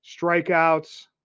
strikeouts